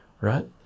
right